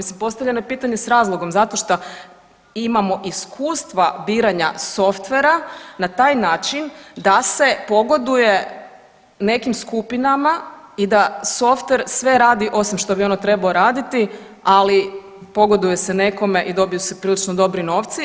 Mislim postavljeno je pitanje s razlogom zato šta imamo iskustva biranja softvera na taj način da se pogoduje nekim skupinama i da softver sve radi osim ono što bi on trebao raditi, ali pogoduje se nekome i dobiju se prilično dobri novci.